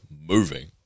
moving